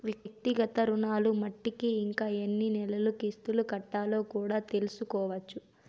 వ్యక్తిగత రుణాలు మట్టికి ఇంకా ఎన్ని నెలలు కిస్తులు కట్టాలో కూడా తెల్సుకోవచ్చు